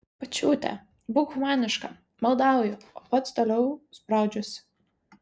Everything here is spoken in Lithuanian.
pačiute būk humaniška maldauju o pats toliau spraudžiuosi